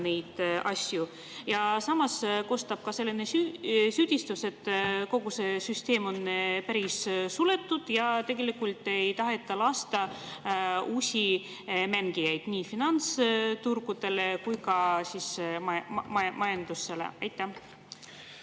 arendada. Ja samas kostab ka selline süüdistus, et kogu see süsteem on päris suletud ja tegelikult ei taheta lasta uusi mängijaid ei finantsturgudele ega ka majandusse. Ma